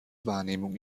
wahrnehmung